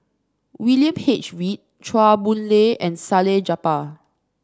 William H Read Chua Boon Lay and Salleh Japar